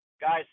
guys